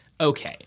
okay